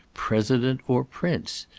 president or prince,